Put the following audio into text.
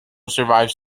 survives